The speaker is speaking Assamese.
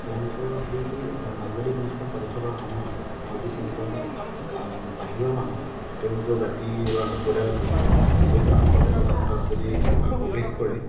তেওঁলোকৰ সেই মাংগলিক অনুষ্ঠান পাতি থকাৰ সময়ত যদি কোনোবা বাহিৰৰ মানুহ তেওঁলোকৰ জাতি বা সম্প্ৰদায়ৰ নহয় অন্য সম্প্ৰদায়ৰ মানুহ তাত যদি প্ৰৱেশ কৰে